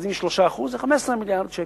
אז אם זה 3%, זה 15 מיליארד שקל.